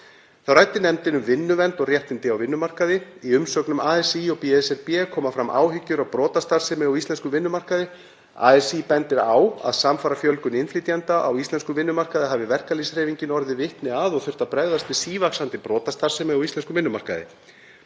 Þá ræddi nefndin um vinnuvernd og réttindi á vinnumarkaði. Í umsögnum ASÍ og BSRB koma fram áhyggjur af brotastarfsemi á íslenskum vinnumarkaði. ASÍ bendir á að samfara fjölgun innflytjenda á íslenskum vinnumarkaði hafi verkalýðshreyfingin orðið vitni að og þurft að bregðast við sívaxandi brotastarfsemi á íslenskum vinnumarkaði.